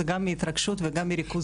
זה גם מהתרגשות וגם מריכוז מידע.